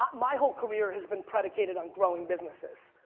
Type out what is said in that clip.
um my whole career has been predicated on growing businesses.